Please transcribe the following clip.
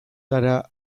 gara